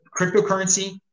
Cryptocurrency